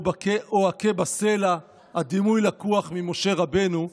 או אכה בסלע" הדימוי לקוח ממשה רבנו,